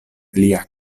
lia